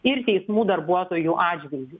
ir teismų darbuotojų atžvilgiu